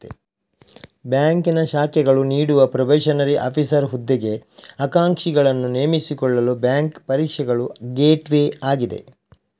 ಬ್ಯಾಂಕಿನ ಶಾಖೆಗಳು ನೀಡುವ ಪ್ರೊಬೇಷನರಿ ಆಫೀಸರ್ ಹುದ್ದೆಗೆ ಆಕಾಂಕ್ಷಿಗಳನ್ನು ನೇಮಿಸಿಕೊಳ್ಳಲು ಬ್ಯಾಂಕು ಪರೀಕ್ಷೆಗಳು ಗೇಟ್ವೇ ಆಗಿದೆ